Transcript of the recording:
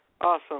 Awesome